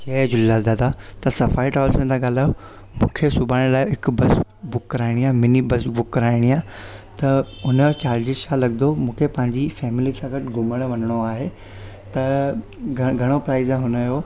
जय झूलेलाल दादा तव्हां Safari Travels मां था ॻाल्हायो मूंखे सुभाणे लाइ हिकु बस बुक कराइणी आहे मिनी बस बुक कराइणी आहे त हुन जो चार्जिस छा लॻंदो मूंखे पंहिंजी फैमिली सां गॾु घुमणु वञणो आहे त घण घणो प्राइज आहे हुनजो